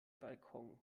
balkon